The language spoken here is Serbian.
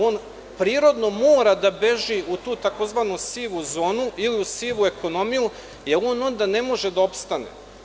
On prirodno mora da beži u tzv. sivu zonu ili u sivu ekonomiju, jer on ne može da opstane.